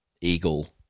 eagle